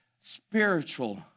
spiritual